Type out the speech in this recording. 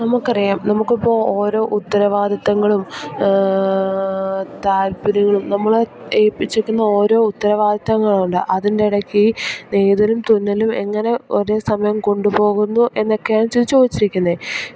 നമുക്ക് അറിയാം നമുക്ക് ഇപ്പോൾ ഓരോ ഉത്തരവാദിത്ത്വങ്ങളും താല്പര്യങ്ങളും നമ്മളെ ഏല്പിച്ചേക്കുന്ന ഓരോ ഉത്തരവാദിത്തങ്ങളുണ്ട് അതിൻ്റെ ഇടക്ക് നെയ്തലും തുന്നലും എങ്ങനെ ഒരേ സമയം കൊണ്ടു പോകുന്നു എന്നൊക്കെയാണ് ചോദിച്ചിരിക്കുന്നത്